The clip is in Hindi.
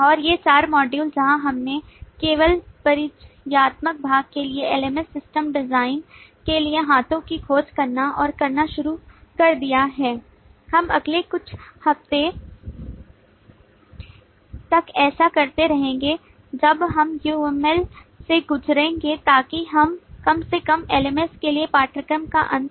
और ये चार मॉड्यूल जहां हमने केवल परिचयात्मक भाग के लिए LMS सिस्टम डिजाइन के लिए हाथों की खोज करना और करना शुरू कर दिया है हम अगले कुछ हफ़्ते तक ऐसा करते रहेंगे जब हम यUML से गुजरेंगे ताकि हम कम से कम LMS के लिए पाठ्यक्रम का अंत